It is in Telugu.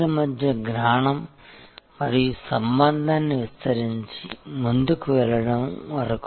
ఇవి చాలా ముఖ్యమైనవి ఇది ప్రమాదకరం కాదని అనిపించవచ్చు కానీ ఈ చిన్న చర్యలు విశ్వసనీయత మరియు సంబంధాన్ని పెంపొందించడంలో మీకు ఈ పెద్ద ఫలితాన్ని ఇవ్వగలవు